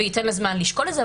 וייתן לה זמן לשקול את זה,